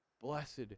Blessed